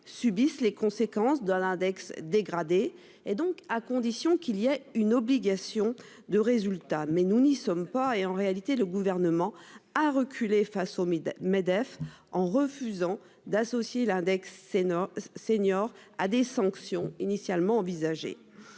subissent les conséquences d'un index dégradé et donc à condition qu'il y a une obligation de résultat, mais nous n'y sommes pas et en réalité, le gouvernement a reculé face au MEDEF. En refusant d'associer l'index énorme senior à des sanctions initialement. Donc sans